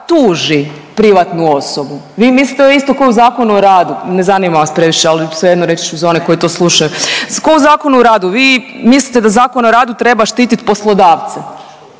privatnu osobu. Vi mislite isto kao i u Zakonu o radu, ne zanima vas previše, ali svejedno, reći ću za one koji to slušaju, kao u ZOR-u, vi mislite da ZOR treba štititi poslodavce.